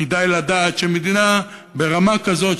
כדאי לדעת שמדינה ברמה כזאת,